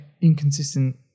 inconsistent